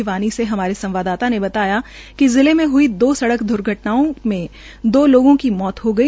भिवानी से हमारे संवाददाता ने बताया कि जिले में हुई दो सड़क दुर्घटनाओं मे दो लोगों की मौत हो गई